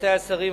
רבותי השרים,